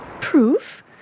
Proof